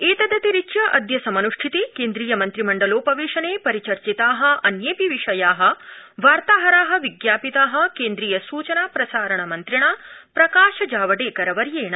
एतदतिरिच्च अदय समन्ष्ठिते केन्द्रीय मन्द्रिमण्डलोपवेशने परिचर्चिता अन्येऽपि विषया वार्ताहरा विज्ञापिता केन्द्रीय सूचना प्रसारण मन्त्रिणा प्रकाशजावडेकर वर्येण